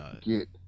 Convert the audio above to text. get